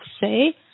say